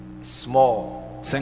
small